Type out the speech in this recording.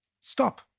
stop